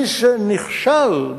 מי שנכשל,